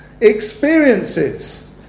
experiences